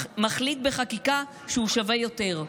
מחליט בחקיקה שהוא שווה יותר,